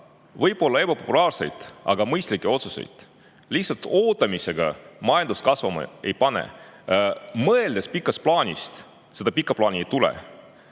võib-olla ebapopulaarseid, aga mõistlikke otsuseid. Lihtsalt ootamisega majandust kasvama ei pane. Mõeldes pikast plaanist: seda pikka plaani ei tule.